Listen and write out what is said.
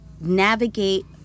navigate